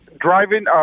driving